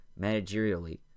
managerially